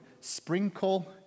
sprinkle